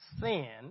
sin